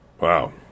wow